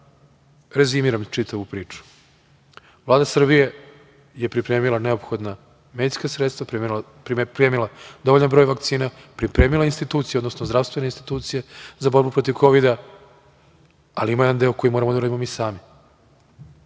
rezimiram čitavu priču. Vlada Srbije je pripremila neophodna medicinska sredstva, pripremila dovoljan broj vakcina, pripremila institucije, odnosno zdravstvene institucije za borbu protiv kovida, ali ima jedan deo koji moramo da uradimo mi sami,